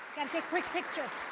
take a quick picture